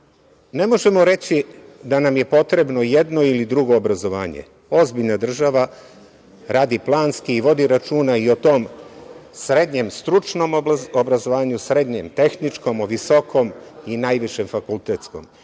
ne možemo reći da nam je potrebno jedno ili drugo obrazovanje. Ozbiljna država radi planski i vodi računa i o tom srednjem stručnom obrazovanju, srednjem tehničkom, o visokom i najvišem fakultetskom.